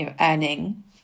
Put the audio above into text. earning